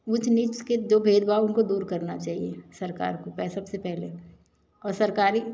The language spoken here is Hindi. ऊंच नीच के जो भेदभाव उनको दूर करना चाहिए सरकार को वह सबसे पहले और सरकारी